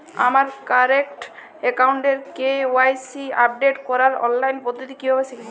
আমার কারেন্ট অ্যাকাউন্টের KYC update করার অনলাইন পদ্ধতি কীভাবে শিখব?